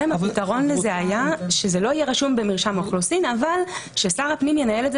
זה לא הגיוני אפילו להעלות את